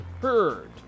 heard